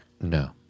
No